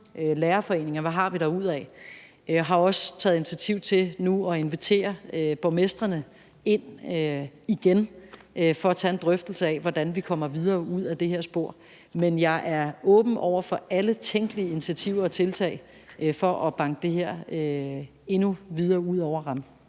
lærerforeninger, og hvad vi har derudad. Jeg har også taget initiativ til nu at invitere borgmestrene ind igen for at tage en drøftelse af, hvordan vi kommer videre ud ad det her spor. Men jeg er åben over for alle tænkelige initiativer og tiltag for at banke det her endnu videre ud over rampen.